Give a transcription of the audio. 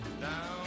down